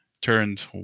turned